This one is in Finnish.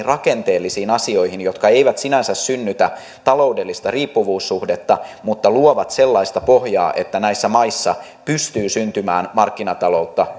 rakenteellisiin asioihin jotka eivät sinänsä synnytä taloudellista riippuvuussuhdetta mutta luovat sellaista pohjaa että näissä maissa pystyy syntymään markkinataloutta